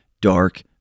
dark